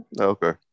Okay